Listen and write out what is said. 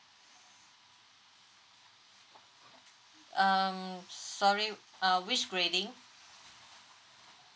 um sorry uh which grading